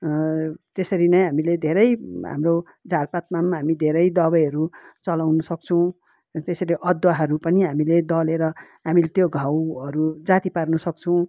त्यसरी नै हामीले धेरै हाम्रो झारपातमा पनि हामी धेरै दबाईहरू चलाउनु सक्छौँ र त्यसरी अदुवाहरू पनि हामीले दलेर हामीले त्यो घाउहरू जाती पार्नुसक्छौँ